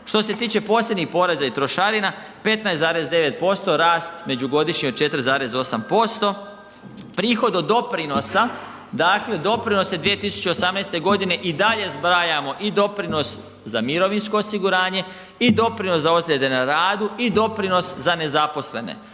Što se tiče posebnih poreza i trošarina 15,9% rast međugodišnji od 4,8%, prihod od doprinosa, dakle doprinosi 2018.g. i dalje zbrajamo i doprinos za mirovinsko osiguranje i doprinos za ozljede na radu i doprinos za nezaposlene.